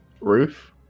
roof